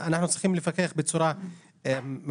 אנחנו צריכים לפקח בצורה אגרסיבית.